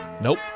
Nope